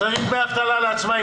צריך דמי אבטלה לעצמאים.